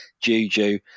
Juju